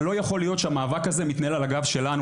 אבל לא יכול להיות שהמאבק הזה מתנהל על הגב שלנו,